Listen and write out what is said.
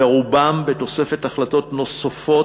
ורובם, בתוספת החלטות נוספות,